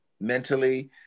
mentally